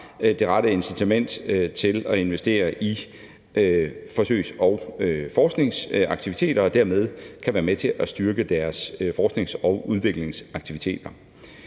det rette incitament til at investere i forsøgs- og forskningsaktiviteter og dermed kan være med til at styrke deres forsknings- og udviklingsaktiviteter.